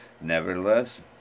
Nevertheless